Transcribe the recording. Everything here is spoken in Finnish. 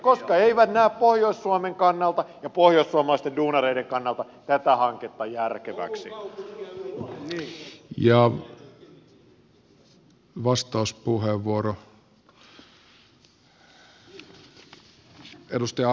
koska eivät näe pohjois suomen kannalta ja pohjoissuomalaisten duunareiden kannalta tätä hanketta järkeväksi